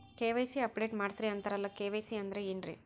KYC update ಮಾಡಸ್ರೀ ಅಂತರಲ್ಲ KYC ಅಂದ್ರ ಏನ್ರೀ?